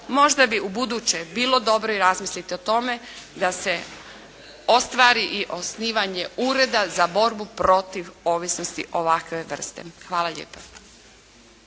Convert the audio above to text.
Možda bi ubuduće bilo dobro i razmisliti i o tome, da se ostvari i osnivanje ureda za borbu protiv ovisnosti ovakve vrste. Hvala lijepa.